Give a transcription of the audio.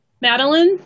Madeline